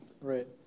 right